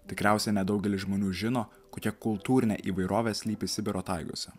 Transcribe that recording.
tikriausiai nedaugelis žmonių žino kokią kultūrinė įvairovė slypi sibiro taigose